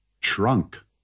Trunk